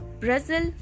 Brazil